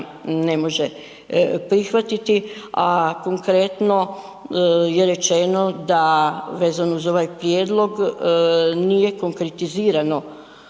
ne može prihvatiti, a konkretno je rečeno da vezano uz ovaj prijedlog nije konkretizirano